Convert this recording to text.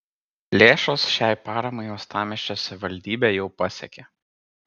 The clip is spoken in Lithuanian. lėšos šiai paramai uostamiesčio savivaldybę jau pasiekė